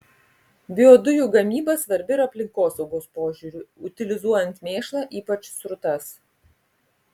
biodujų gamyba svarbi ir aplinkosaugos požiūriu utilizuojant mėšlą ypač srutas